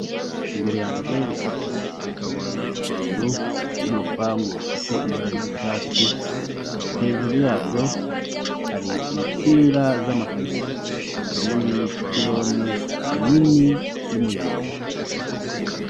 Imbere yanjye ndahabona inzu, hari n'urupangu rufite ibara ry'icyatsi, hejuru yabyo hari insinga z'amashanyarazi. Nari n'ipirone nini, y'umuyoboro mugari.